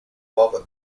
uova